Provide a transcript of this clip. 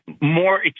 more